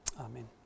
Amen